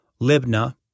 Libna